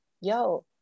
yo